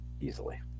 easily